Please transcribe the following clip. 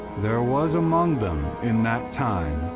there was among them, in that time,